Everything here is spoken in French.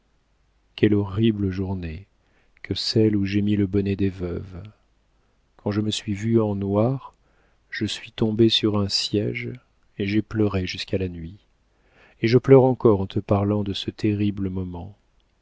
quelle horrible journée que celle où j'ai mis le bonnet des veuves quand je me suis vue en noir je suis tombée sur un siége et j'ai pleuré jusqu'à la nuit et je pleure encore en te parlant de ce terrible moment